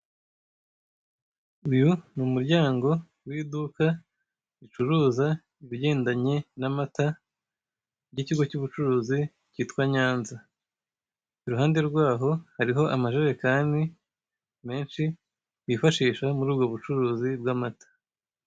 Uyu ni umuryango w'iduka ricuruza ibigendanye n'amata ry'ikigo cy'ubucurizi cyitwa Nyanza. Iruhande rwaho hariho amajerekani menshi yifashishwa muri ubwo bucurizi bw'amata